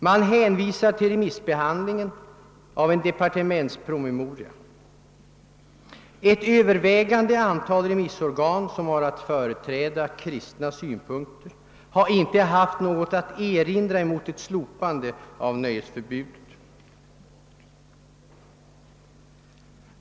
Man hänvisar till remissbehandlingen av en departementspromemoria. Ett övervägande antal remissorgan, som har att företräda kristna synpunkter, har inte haft något att erinra mot ett slopande av nöjesförbudet.